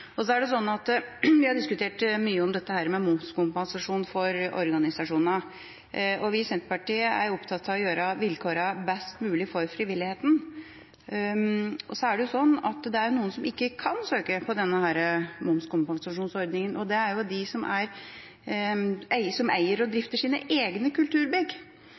Så har vi diskutert mye dette med momskompensasjon for organisasjoner, og vi i Senterpartiet er opptatt av å gjøre vilkårene best mulig for frivilligheten. Det er jo noen som ikke kan søke på denne momskompensasjonsordningen, og det er de som eier og drifter sine egne kulturbygg. Derfor blir det andre spørsmålet om statsråden synes det er rimelig at de som eier og drifter sine egne kulturbygg,